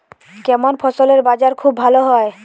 কেমন ফসলের বাজার খুব ভালো হয়?